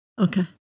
Okay